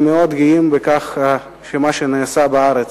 הם מאוד גאים במה שנעשה בארץ.